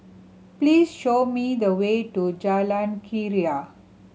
please show me the way to Jalan Keria